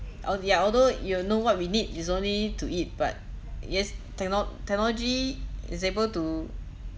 yeah although you know what we need is only to eat but yes technol~ technology is able to